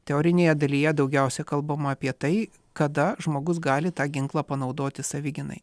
teorinėje dalyje daugiausia kalbama apie tai kada žmogus gali tą ginklą panaudoti savigynai